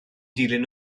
dilyn